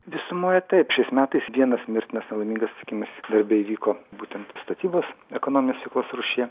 visumoje taip šiais metais vienas mirtinas nelaimingas atsitikimas darbe įvyko būtent statybos ekonominės veiklos rūšyje